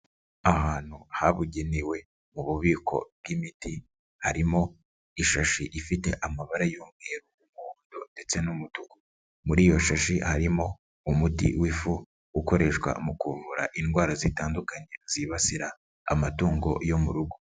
Ahantu habugenewe mu bubiko bw'imiti, harimo ishashi ifite amabara y'umweru, umuhondo ndetse n'umutuku. Muri iyo shashi harimo umuti w'ifu ukoreshwa mu kuvura indwara zitandukanye zibasira amatungo yo mu rugo.